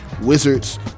wizards